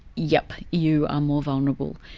yep, you are more vulnerable.